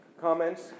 Comments